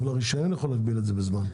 אבל הרישיון יכול להגביל את זה בזמן.